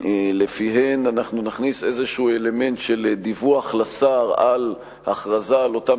שלפיהן אנחנו נכניס איזשהו אלמנט של דיווח לשר על הכרזה על אותם